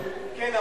כן,